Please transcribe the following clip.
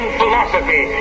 philosophy